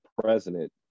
president